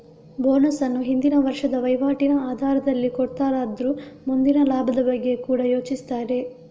bonus ಅನ್ನು ಹಿಂದಿನ ವರ್ಷದ ವೈವಾಟಿನ ಆಧಾರದಲ್ಲಿ ಕೊಡ್ತಾರಾದ್ರೂ ಮುಂದಿನ ಲಾಭದ ಬಗ್ಗೆ ಕೂಡಾ ಯೋಚಿಸ್ತಾರೆ